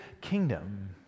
kingdom